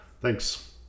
thanks